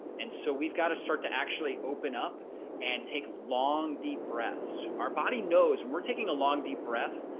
and so we've got to start to actually open up and take long deep breaths. our body knows when we're taking a long deep breath,